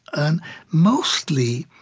and mostly,